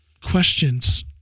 questions